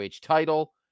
title